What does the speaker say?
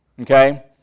Okay